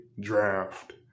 draft